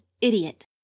idiot